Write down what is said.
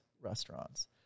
restaurants